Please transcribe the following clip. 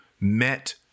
met